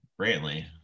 Brantley